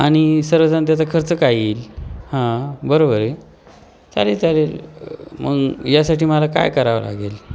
आणि सर्वजण त्याचा खर्च काय येईल हां बरोबर आहे चालेल चालेल मग यासाठी मला काय करावं लागेल